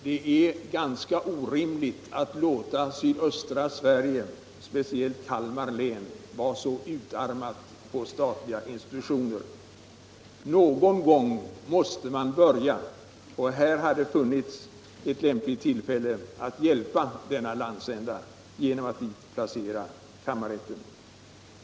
Det är ganska orimligt att låta sydöstra Sverige, speciellt Kalmar län, vara utarmat på statliga institutioner. Någon gång måste man börja och här hade funnits ett lämpligt tillfälle att hjälpa denna landsända genom att placera kammarrätten där.